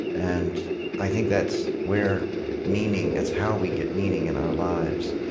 and i think that's where meaning that's how we get meaning in our lives.